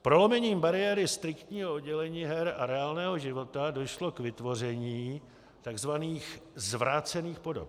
Prolomením bariéry striktního oddělení her a reálného života došlo k vytvoření takzvaných zvrácených podob her.